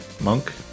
Monk